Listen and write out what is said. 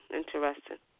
interesting